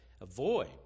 avoid